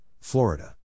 Florida